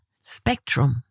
spectrum